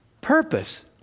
purpose